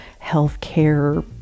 healthcare